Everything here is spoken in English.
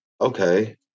Okay